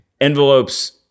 envelopes